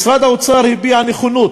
משרד האוצר הביע נכונות.